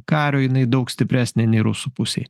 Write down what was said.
kario jinai daug stipresnė nei rusų pusėj